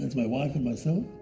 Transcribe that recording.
my wife and myself.